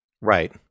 right